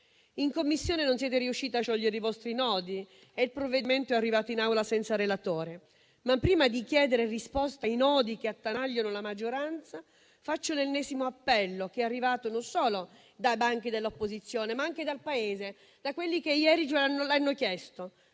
In Commissione non siete riusciti a sciogliere i vostri nodi e il provvedimento è arrivato in Aula senza relatore. Prima di chiedere risposta ai nodi che attanagliano la maggioranza, faccio però l'ennesimo appello che è arrivato non solo dai banchi dell'opposizione, ma anche dal Paese, da quelli che ieri l'hanno chiesto,